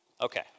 Okay